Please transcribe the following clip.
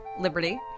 Liberty